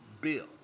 bill